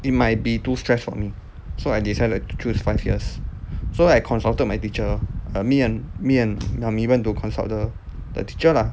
it might be too stressed for me so I decided to choose five years so I consulted my teacher err me and me and mummy went to consult the the teacher lah